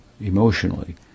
emotionally